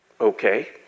okay